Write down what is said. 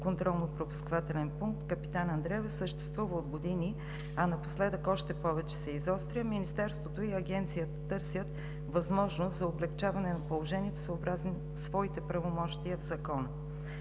контролно-пропускателен пункт „Капитан Андреево“ съществува от години, а напоследък още повече се изостря, Министерството и Агенцията търсят възможност за облекчаване на положението съобразно своите правомощия в Закона.